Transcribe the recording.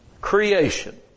Creation